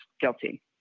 guilty